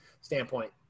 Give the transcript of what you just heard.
standpoint